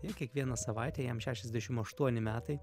ir kiekvieną savaitę jam šešiasdešim aštuoni metai